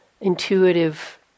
intuitive